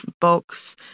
box